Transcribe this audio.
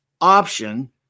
option